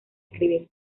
escribir